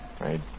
Right